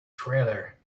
trailer